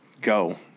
go